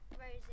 Rosie